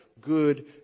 good